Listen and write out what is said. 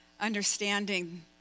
understanding